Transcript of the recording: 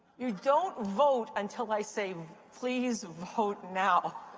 you don't vote until i say please vote now.